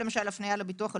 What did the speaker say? אחוז נכות מביטוח לאומי,